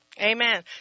Amen